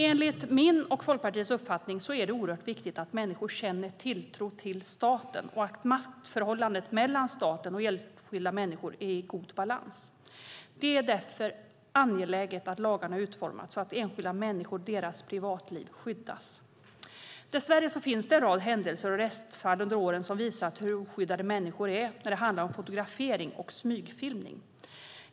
Enligt min och Folkpartiets uppfattning är det oerhört viktigt att människor känner tilltro till staten och att maktförhållandet mellan staten och enskilda människor är i god balans. Det är därför angeläget att lagarna utformas så att enskilda människor och deras privatliv skyddas. Dess värre finns det en rad händelser och rättsfall under åren som har visat hur oskyddade människor är när det handlar om fotografering och smygfilmning.